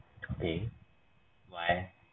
okay why